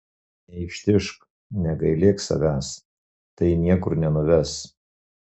neištižk negailėk savęs tai niekur nenuves